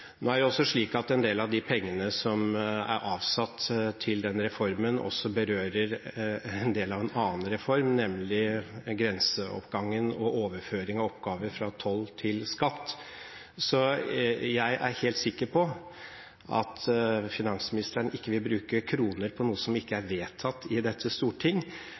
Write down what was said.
Nå er det slik at en del av de pengene som er avsatt til den reformen, også berører en del av en annen reform, nemlig grenseoppgangen og overføringen av oppgaver fra toll til skatt. Jeg er helt sikker på at finansministeren ikke vil bruke kroner på noe som ikke er vedtatt i dette storting.